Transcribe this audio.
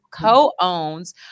co-owns